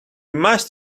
must